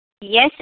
yes